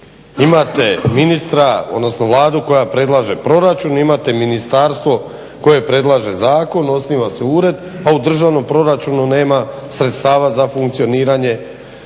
Imate ministra, odnosno Vladu koja predlaže proračun, imate ministarstvo koje predlaže zakon, osniva se ured, a u državnom proračunu nema sredstava za funkcioniranje